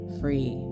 free